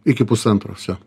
iki pusantro vsio